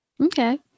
okay